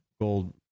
gold